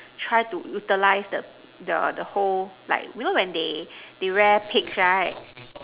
try to utilize the the the hole like you know when they they wear pigs right